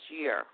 year